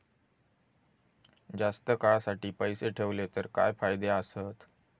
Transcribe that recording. जास्त काळासाठी पैसे ठेवले तर काय फायदे आसत?